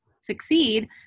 succeed